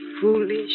Foolish